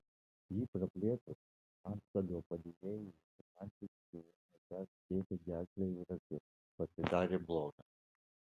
jį praplėšus antstolio padėjėjai ir finansininkei ėmė perštėti gerklę ir akis pasidarė bloga